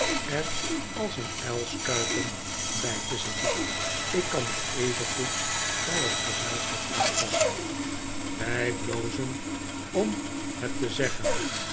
er als een uilskuiken bij te zitten ik kan mij evengoed bij het gezelschap aanpassen wij blozen om het te zeggen